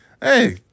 hey